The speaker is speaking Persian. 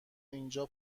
اینجا